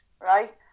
right